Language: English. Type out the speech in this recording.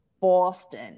Boston